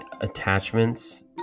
attachments